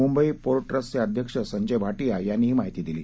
Mumbai port ट्रस्टचे अध्यक्ष संजय भाटिया यांनी ही माहिती दिली